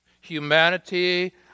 Humanity